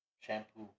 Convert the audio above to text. shampoo